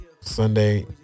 Sunday